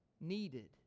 needed